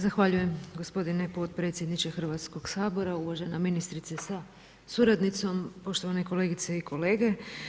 Zahvaljujem g. potpredsjedniče Hrvatskog sabora, uvažena ministrice sa suradnicom, poštovane kolegice i kolege.